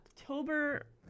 October